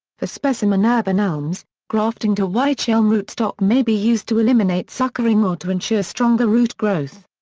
for specimen urban elms, grafting to wych-elm root-stock may be used to eliminate suckering or to ensure stronger root-growth.